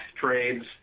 trades